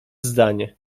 zdanie